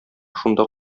шунда